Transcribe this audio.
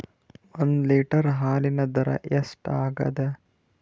ಒಂದ್ ಲೀಟರ್ ಹಾಲಿನ ದರ ಎಷ್ಟ್ ಆಗತದ?